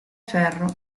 ferro